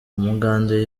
umugande